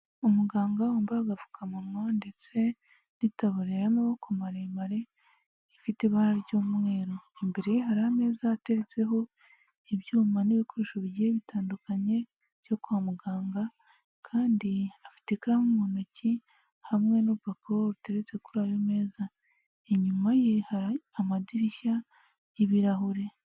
Umuganga wambaye agapfukamunwa ndetse n'itburiya amaboko maremare ifite ibara ry'umweru, imbere ye hari ameza ateretseho ibyuma n'ibikoresho bigiye bitandukanye byo kwa muganga kandi afite ikaramu mu ntoki hamwe n'urupapuro ruteretse kuri ayo meza, inyuma ye hari amadirishya y'ibirahure.